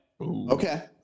Okay